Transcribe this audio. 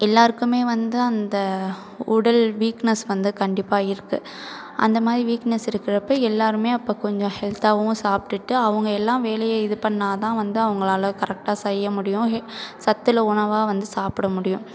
எல்லோருக்குமே வந்து அந்த உடல் வீக்னஸ் வந்து கண்டிப்பாக இருக்குது அந்தமாதிரி வீக்னஸ் இருக்கிறப்போ எல்லோருமே அப்போ கொஞ்சம் ஹெல்த்தாகவும் சாப்பிட்டுட்டு அவங்க எல்லாம் வேலையை இது பண்ணால் தான் வந்து அவங்களால் கரெக்டாக செய்ய முடியும் சத்துள்ள உணவாக வந்து சாப்பிட முடியும்